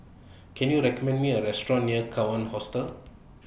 Can YOU recommend Me A Restaurant near Kawan Hostel